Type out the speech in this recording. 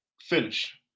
finish